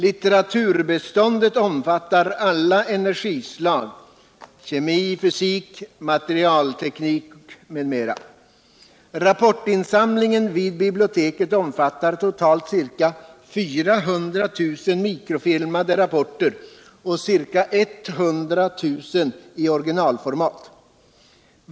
Litteraturbeståndet omfattar alla energislag såsom kemi, fysik, materialteknik m.m. Rapportinsamlingen vid biblioteket omfattar totalt ca 400 000 mikrofilmade rapporter och ca 100 000 i orginalformat.